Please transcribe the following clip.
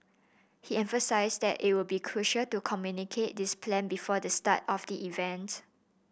he emphasised that it would be crucial to communicate this plan before the start of the event